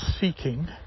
seeking